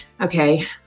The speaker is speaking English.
okay